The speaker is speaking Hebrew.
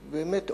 באמת,